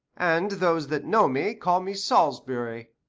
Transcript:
and those that know me, call me salisbury.